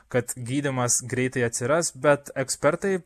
kad gydymas greitai atsiras bet ekspertai